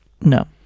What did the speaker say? No